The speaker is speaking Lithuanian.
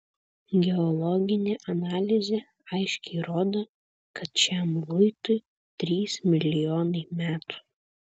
geologinė analizė aiškiai rodo kad šiam luitui trys milijonai metų